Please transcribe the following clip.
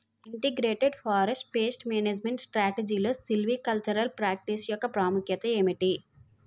Integrated forest pest management స్ట్రాటజీలో silvicultural practice యెక్క ప్రాముఖ్యత ఏమిటి??